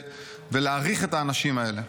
ולהעריך את האנשים האלה.